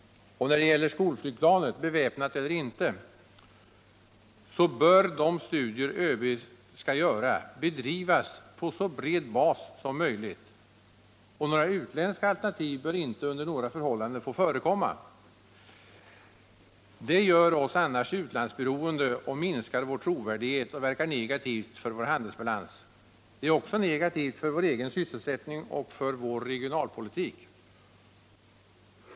Och när det gäller skolflygplanet — beväpnat eller inte — bör de studier ÖB skall göra bedrivas på så bred bas som möjligt. Några utländska alternativ bör inte under några förhållanden få ifrågakomma. Detta skulle göra oss utlandsberoende, minska vår trovärdighet och verka negativt på vår handelsbalans. Det är också negativt för vår egen sysselsättning och för vår regionalpolitik.